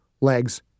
legs